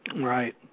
Right